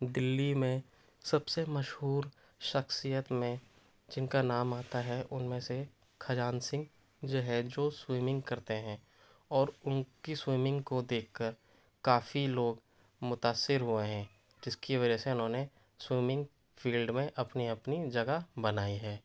دلّی میں سب سے مشہور شخصیت میں جن کا نام آتا ہے اُن میں سے خزان سنگھ جو ہے جو سوئمنگ کرتے ہیں اور اُن کی سوئمنگ کو دیکھ کر کافی لوگ متاثر ہوئے ہیں جس کی وجہ سے اُنہوں نے سوئمنگ فیلڈ میں اپنی اپنی جگہ بنائی ہے